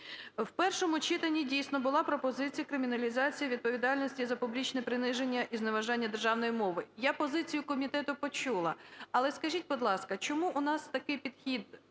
В першому читанні дійсно була пропозиція криміналізації відповідальності за публічне приниження і зневажання державної мови. Я позицію комітету почула. Але скажіть, будь ласка, чому у нас такий підхід: